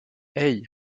hey